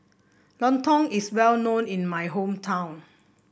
Lontong is well known in my hometown